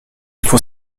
faut